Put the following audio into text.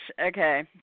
okay